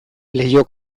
leiho